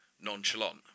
nonchalant